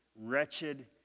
wretched